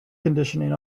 conditioning